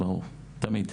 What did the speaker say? ברור, תמיד.